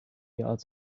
yards